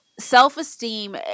self-esteem